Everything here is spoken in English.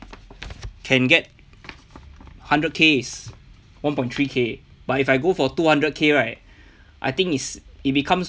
can get hundred K is one point three k but if I go for two hundred K right I think is it becomes